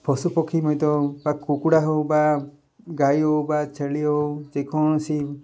ପଶୁପକ୍ଷୀ ମଧ୍ୟ ବା କୁକୁଡ଼ା ହେଉ ବା ଗାଈ ହେଉ ବା ଛେଳି ହେଉ ଯେକୌଣସି